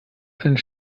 einen